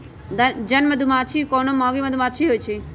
जन मधूमाछि कोनो मौगि मधुमाछि होइ छइ